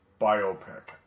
biopic